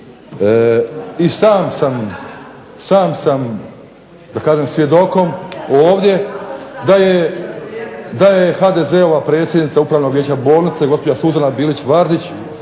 da kažem svjedokom ovdje da je HDZ-ova predsjednica upravnog vijeća bolnice gospođa Suzana Bilić Vardić